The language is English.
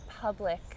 public